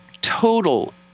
total